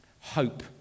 Hope